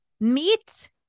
Meat